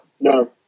No